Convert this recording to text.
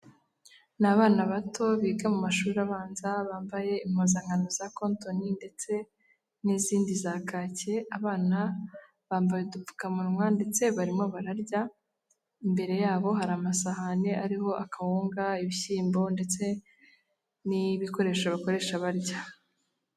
Ni abana bato biga mu mashuri abanza bambaye impuzankano za kontoni ndetse n'izindi za kake, abana bambaye udupfukamunwa ndetse barimo bararya, imbere yabo hari amasahane ariho akawunga, ibishyimbo ndetse n'ibikoresho bakoresha barya.